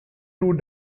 two